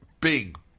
big